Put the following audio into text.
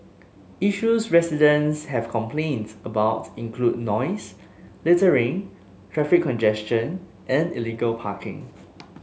issues residents have complained about include noise littering traffic congestion and illegal parking